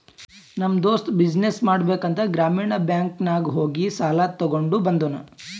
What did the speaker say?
ನಮ್ ದೋಸ್ತ ಬಿಸಿನ್ನೆಸ್ ಮಾಡ್ಬೇಕ ಅಂತ್ ಗ್ರಾಮೀಣ ಬ್ಯಾಂಕ್ ನಾಗ್ ಹೋಗಿ ಸಾಲ ತಗೊಂಡ್ ಬಂದೂನು